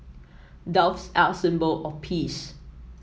doves are a symbol of peace